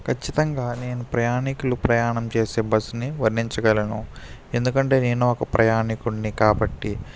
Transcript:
ఖచ్చితంగా నేను ప్రయాణికులు ప్రయాణం చేసే బస్సుని వర్ణించగలను ఎందుకంటే నేను ఒక ప్రయాణికుడిని కాబట్టి